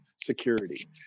security